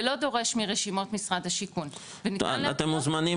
ללא דורש מרשימות משרד השיכון וניתן --- אתם מוזמנים